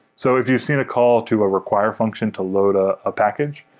so if you've seen a call to a require function to load ah a package,